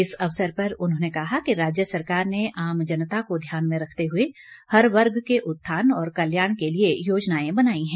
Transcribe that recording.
इस अवसर पर उन्होंने कहा कि राज्य सरकार ने आम जनता को ध्यान में रखते हुए हर वर्ग के उत्थान और कल्याण के लिए योजनाएं बनाई हैं